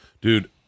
dude